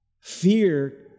Fear